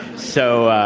so,